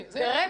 ברמ"י.